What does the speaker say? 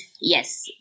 Yes